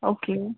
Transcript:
okay